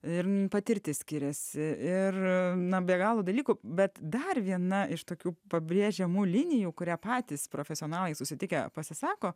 ir patirtis skiriasi ir na be galo dalykų bet dar viena iš tokių pabrėžiamų linijų kurią patys profesionalai susitikę pasisako